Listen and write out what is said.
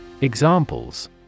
Examples